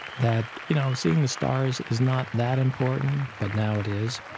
that you know seeing the stars is not that important. but now it is.